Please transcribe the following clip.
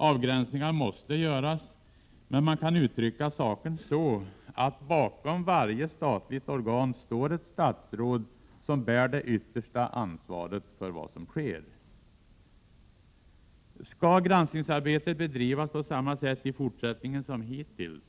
Avgränsningar måste göras, men man kan uttrycka saken så, att bakom varje statligt organ står ett statsråd som bär det yttersta ansvaret för vad som sker. Skall granskningsarbetet bedrivas på samma sätt i fortsättningen som hittills?